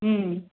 ம்